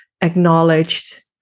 acknowledged